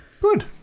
Good